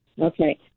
Okay